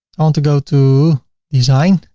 i want to go to design,